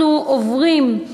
אנחנו עוברים,